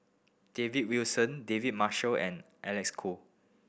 David Wilson David Marshall and Alec Kuok